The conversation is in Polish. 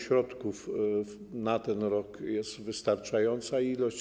Środków na ten rok jest wystarczająca ilość.